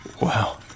Wow